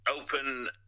open